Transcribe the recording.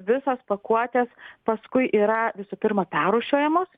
visos pakuotės paskui yra visų pirma perrūšiuojamos